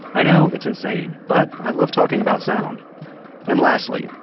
i know, it's insane, but i love talking about sound and lastly,